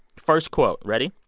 first quote ready?